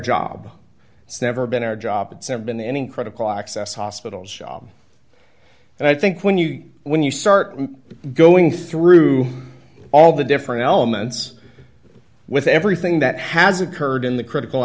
job it's never been our job it's never been any critical access hospitals and i think when you when you start going through all the different elements with everything that has occurred in the critical